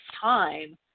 time